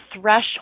threshold